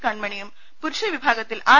കൺമണിയും പുരുഷ വിഭാഗത്തിൽ ആർ